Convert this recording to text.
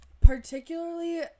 particularly